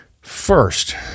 First